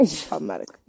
problematic